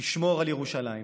תשמור על ירושלים.